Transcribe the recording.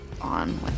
on